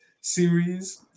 Series